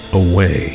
away